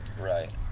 right